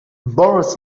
boris